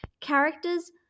Characters